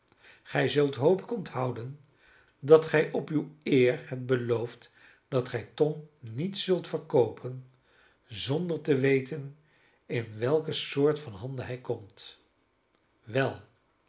gij zult hoop ik onthouden dat gij op uwe eer hebt beloofd dat gij tom niet zult verkoopen zonder te weten in welke soort van handen hij komt wel